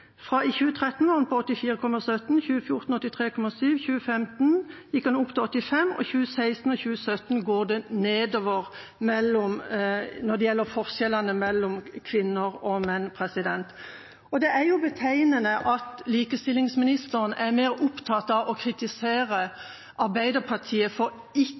I 2013 var den på 84,17, i 2014 var den på 83,7, i 2015 gikk den opp til 85, og i 2016 og 2017 går det nedover – når det gjelder forskjellene mellom kvinner og menn. Og det er jo betegnende at likestillingsministeren er mer opptatt av å kritisere Arbeiderpartiet for ikke